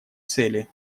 цели